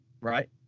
right